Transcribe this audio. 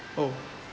oh